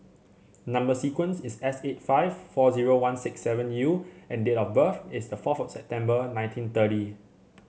number sequence is S eight five four zero one six seven U and date of birth is forth of September nineteen thirty